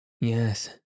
Yes